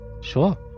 Sure